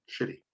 shitty